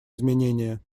изменения